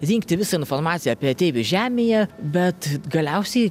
rinkti visą informaciją apie ateivius žemėje bet galiausiai